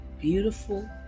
Beautiful